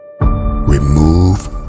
remove